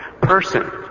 Person